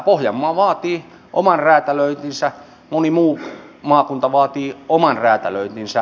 pohjanmaa vaatii oman räätälöintinsä moni muu maakunta vaatii oman räätälöintinsä